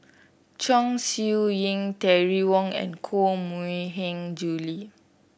Chong Siew Ying Terry Wong and Koh Mui Hiang Julie